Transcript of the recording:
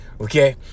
okay